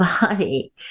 body